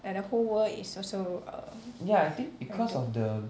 ya the whole world is also err